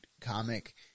comic